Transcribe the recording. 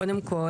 קודם כל,